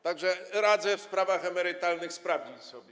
Tak że radzę w sprawach emerytalnych sprawdzić sobie.